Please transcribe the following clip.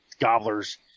gobblers